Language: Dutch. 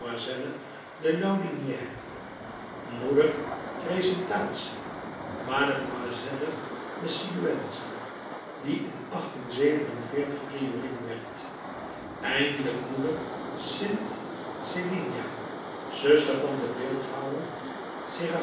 de laudinière moeder presentatie mlle de siguenza die in priorin werd eindelijk moeder st celigna zuster van den beeldhouwer